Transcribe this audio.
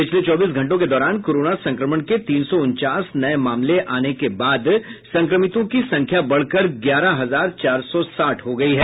पिछले चौबीस घंटों के दौरान कोरोना संक्रमण के तीन सौ उनचास नये मामले आने के बाद संक्रमितों की संख्या बढ़कर ग्यारह हजार चार सौ साठ हो गई है